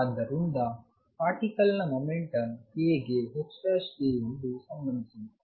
ಆದ್ದರಿಂದ ಪಾರ್ಟಿಕಲ್ ನ momentum k ಗೆ ℏk ಎಂದು ಸಂಬಂಧಿಸಿದೆ